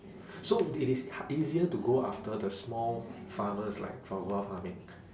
so it is ha~ easier to go after the small farmers like foie gras farming